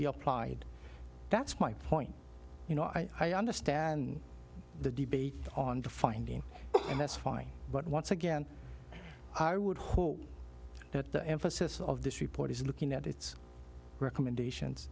be applied that's my point you know i understand the debate on the finding and that's fine but once again i would hope that the emphasis of this report is looking at its recommendations